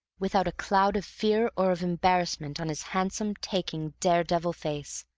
without a cloud of fear or of embarrassment on his handsome, taking, daredevil face.